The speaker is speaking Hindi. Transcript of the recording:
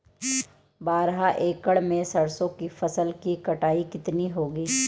बारह एकड़ में सरसों की फसल की कटाई कितनी होगी?